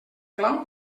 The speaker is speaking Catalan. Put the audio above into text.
clau